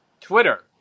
Twitter